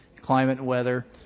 climate, weather.